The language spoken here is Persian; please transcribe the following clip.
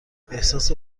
احساس